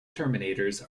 terminators